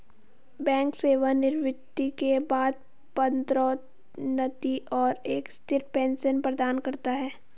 bank सेवानिवृत्ति के बाद पदोन्नति और एक स्थिर पेंशन प्रदान करता है